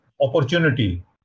opportunity